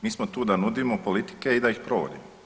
Mi smo tu da nudimo politike i da ih provodimo.